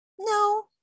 No